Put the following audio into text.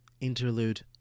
Interlude